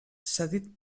cedit